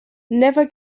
never